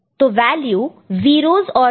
तो value 0's और 1's